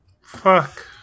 Fuck